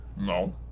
No